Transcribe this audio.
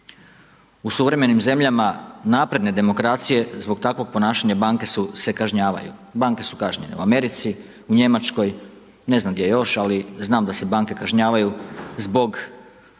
U suvremenim zemljama napredne demokracije zbog takvog ponašanja banke se kažnjavaju, banke su kažnjene u Americi, u Njemačkoj, ne znam gdje još ali znam da se banke kažnjavaju zbog